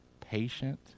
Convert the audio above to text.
patient